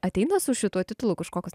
ateina su šituo titulu kažkokios